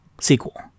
sequel